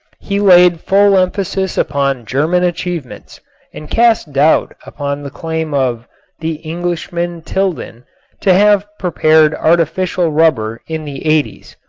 he laid full emphasis upon german achievements and cast doubt upon the claim of the englishman tilden to have prepared artificial rubber in the eighties.